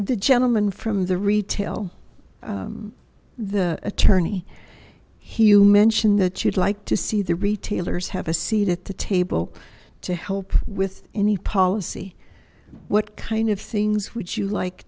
the gentleman from the retail the attorney he you mentioned that you'd like to see the retailers have a seat at the table to help with any policy what kind of things would you like